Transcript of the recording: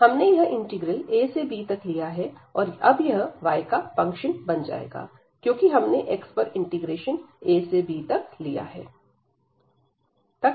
हमने यह integral a से b तक लिया है और अब यह y का फंक्शन बन जाएगा क्योंकि हमने x पर इंटीग्रेशन a से b तक